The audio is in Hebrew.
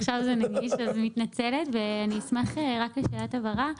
עכשיו זה נגיש ואני מתנצלת ואשמח לקריאת הבהרה: